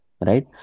right